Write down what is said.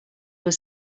were